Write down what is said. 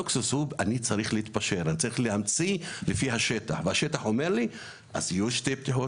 אני צריך להמציא לפי תנאי השטח והשטח אומר לי שיהיו שתי כניסות